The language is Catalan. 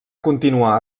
continuar